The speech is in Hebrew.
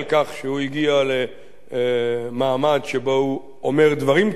שהוא הגיע למעמד שבו הוא אומר דברים כאלה.